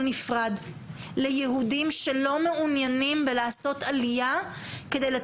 נפרד ליהודים שלא מעוניינים לעשות עלייה כדי בכל